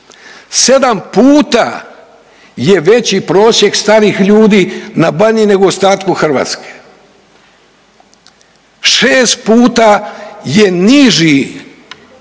sedam puta je veći prosjek starih ljudi na Baniji nego u ostatku Hrvatske. Šest puta je niži